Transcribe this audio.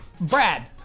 Brad